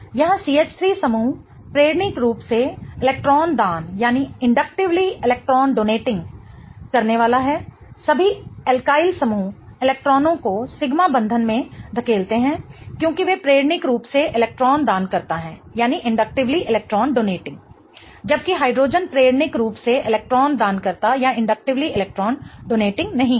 यहाँ CH3 समूह प्रेरणिक रूप से इलेक्ट्रॉन दान करने वाला है सभी एल्काइल समूह इलेक्ट्रॉनों को सिग्मा बंधन में धकेलते हैं क्योंकि वे प्रेरणिक रूप से इलेक्ट्रॉन दानकरता हैं जबकि हाइड्रोजन प्रेरणिक रूप से इलेक्ट्रॉन दानकरता नहीं है